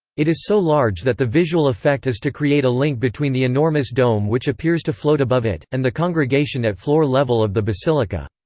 it is so large that the visual effect is to create a link between the enormous dome which appears to float above it, and the congregation at floor level of the basilica.